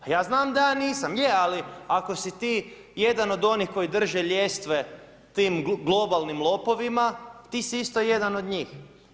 Ja znam da ja nisam, je ali ako si ti jedan od onih kojih drže ljestve tim globalnim lopovima ti si isto jedan od njih.